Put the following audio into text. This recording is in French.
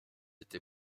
été